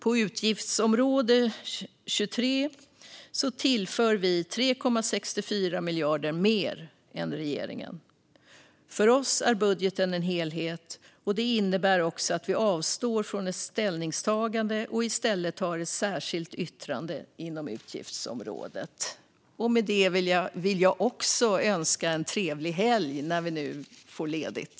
På utgiftsområde 23 tillför vi 3,64 miljarder mer än regeringen. För oss är budgeten en helhet. Det innebär också att vi avstår från ett ställningstagande och i stället har ett särskilt yttrande inom utgiftsområdet. Med detta vill även jag önska en trevlig helg när vi nu får ledigt!